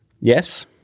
Yes